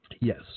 Yes